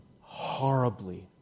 horribly